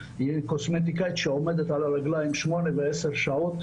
שקוסמטיקאית שעומדת על הרגליים שמונה ועשר שעות,